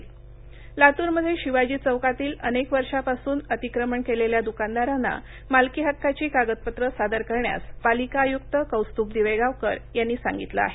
अतिक्रमण लातूरमध्ये शिवाजी चौकातील अनेक वर्षापासून अतिक्रमण केलेल्या दुकानदारांना मालकी हक्काची कागदपत्रं सादर करण्यास पालिका आयुक्त कौस्तूभ दिवेगावकर यांनी सांगितलं आहे